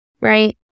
right